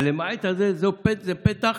ה"למעט" הזה זה פתח.